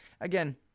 Again